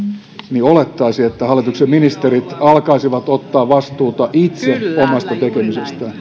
niin olettaisi että hallituksen ministerit alkaisivat ottaa vastuuta itse omasta tekemisestään